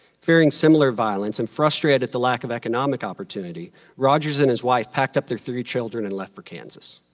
fearing similar violence and frustrated at the lack of economic opportunity, rogers and his wife packed up their three children and left for kansas.